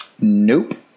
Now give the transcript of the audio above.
nope